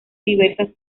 diversas